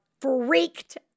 freaked